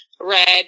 red